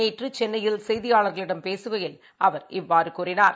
நேற்றுசென்னையில் செய்தியாளர்களிடம் பேசுகையில் அவர் இவ்வாறுகூறினார்